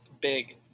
big